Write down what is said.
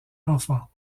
enfant